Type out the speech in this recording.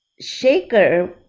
Shaker